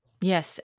Yes